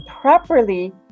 properly